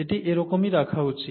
এটি এরকমই রাখা উচিত